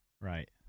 Right